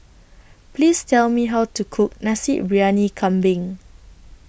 Please Tell Me How to Cook Nasi Briyani Kambing